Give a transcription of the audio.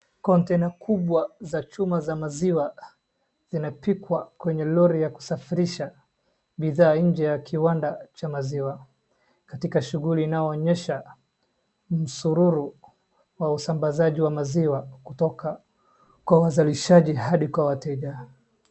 Container kubwa za chuma za maziwa zinapikwa kwenye lori ya kufarisha bidhaa nje ya kiwanda cha maziwa katika shughuli inayoonyesha msururu wa usamabazaji wa maziwa kutoka kwa wazalishaji hadi kwa wateja.